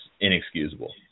inexcusable